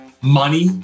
Money